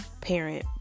parent